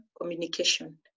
communication